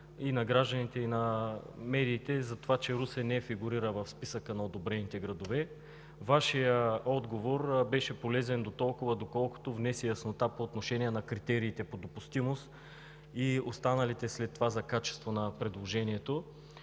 и на гражданите, и на медиите, че Русе не фигурира в списъка на одобрените градове. Вашият отговор беше полезен дотолкова, доколкото внесе яснота по отношение на критериите за допустимост и останалите след това – критериите за качество.